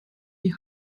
die